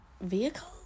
Vehicle